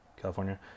California